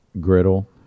griddle